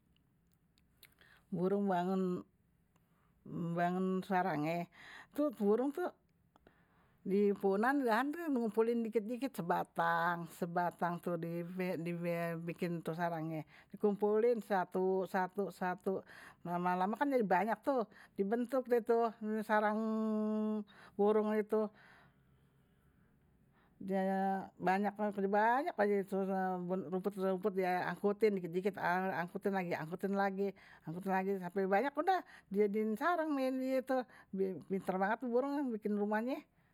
Burung bangun, bangun sarangnye itu burung tuh di punan di hantar ngumpulin dikit-dikit sebatang di bikin itu sarangnye dikumpulin satu satu, satu, satu lama-lama kan jadi banyak tuh dibentuk deh tuh sarang burung itu banyak banyak aja rumput-rumput dia angkutin dikit-dikit, angkutin lagi, angkutin lagi sampe banyak udah dia dijadiin sarang ame die tuh, pinter banget tuh burung bikin rumahnye.